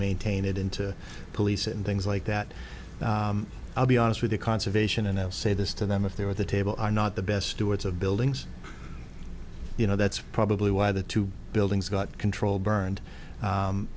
maintain it into police and things like that i'll be honest with the conservation and i'll say this to them if they're at the table are not the best stewards of buildings you know that's probably why the two buildings got control burned